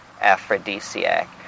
aphrodisiac